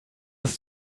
ist